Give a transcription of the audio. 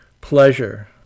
pleasure